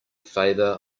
favor